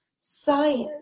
science